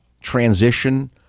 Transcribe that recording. transition